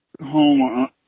home